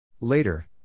Later